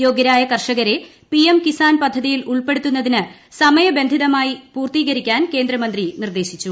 യോഗൃരായ കർഷകരെ പിഎം കിസാൻ പദ്ധതിയിൽ ഉൾപ്പെടുത്തുന്നത് സമയബന്ധിതമായി പൂർത്തീകരിക്കാൻ കേന്ദ്രമന്ത്രി നിർദ്ദേശിച്ചു